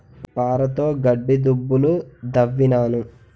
పారతోగడ్డి దుబ్బులు దవ్వినాను